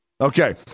okay